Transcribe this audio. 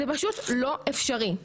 זה פשוט לא אפשרי.